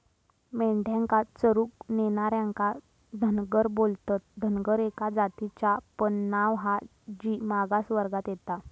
मेंढ्यांका चरूक नेणार्यांका धनगर बोलतत, धनगर एका जातीचा पण नाव हा जी मागास वर्गात येता